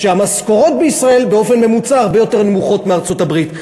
כשמשכורות בישראל באופן ממוצע הרבה יותר נמוכות מבארצות-הברית.